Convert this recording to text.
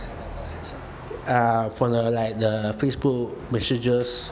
uh from the like the Facebook messengers